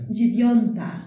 Dziewiąta